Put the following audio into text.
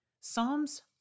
Psalms